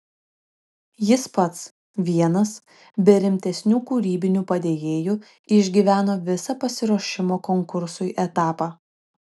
jis pats vienas be rimtesnių kūrybinių padėjėjų išgyveno visą pasiruošimo konkursui etapą